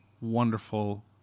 wonderful